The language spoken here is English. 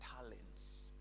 talents